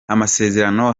amasezerano